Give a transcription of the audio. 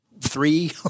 three